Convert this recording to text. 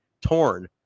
torn